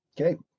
Okay